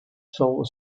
solar